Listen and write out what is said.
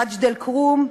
מג'ד-אלכרום,